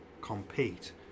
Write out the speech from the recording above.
compete